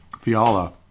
Fiala